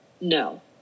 no